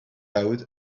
out